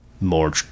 more